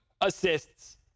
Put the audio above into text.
assists